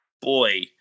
Boy